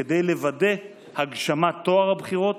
כדי לוודא את הגשמת טוהר הבחירות,